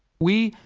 we,